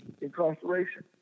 incarceration